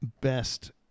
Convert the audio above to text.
best